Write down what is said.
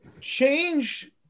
change